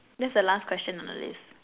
that's the last question on the list